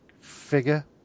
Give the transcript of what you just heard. figure